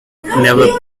never